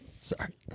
Sorry